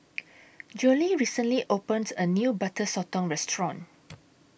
Zollie recently opened A New Butter Sotong Restaurant